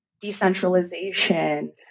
decentralization